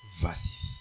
verses